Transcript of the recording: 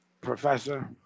Professor